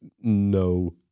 no